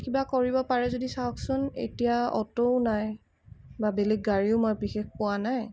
কিবা কৰিব পাৰে যদি চাওকচোন এতিয়া অ'টোও নাই বা বেলেগ গাড়ীও মই বিশেষ পোৱা নাই